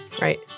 Right